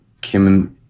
Kim